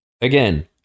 Again